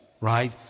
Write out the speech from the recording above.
right